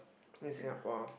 in Singapore